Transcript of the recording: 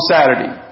Saturday